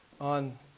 on